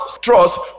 trust